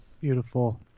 Beautiful